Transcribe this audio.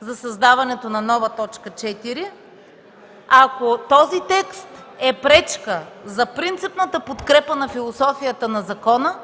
за създаването на нова т. 4. Ако този текст е пречка за принципната подкрепа на философията на закона,